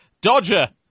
Dodger